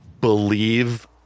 believe